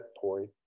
point